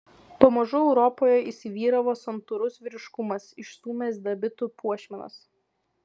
pamažu europoje įsivyravo santūrus vyriškumas išstūmęs dabitų puošmenas